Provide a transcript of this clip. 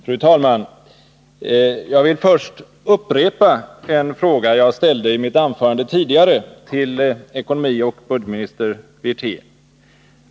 Fru talman! Jag vill först upprepa en fråga som jag ställde i mitt anförande tidigare här i dag till ekonomioch budgetminister Wirtén.